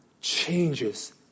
changes